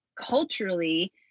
culturally